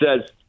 says